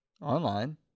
online